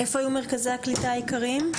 היכן היו מרכזי הקליטה העיקריים?